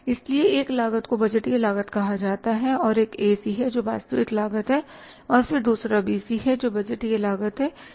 इसलिए एक लागत को बजटीय लागत कहा जाता है और एक ए सी है जो वास्तविक लागत है और फिर दूसरा बीसी है जो बजटीय लागत है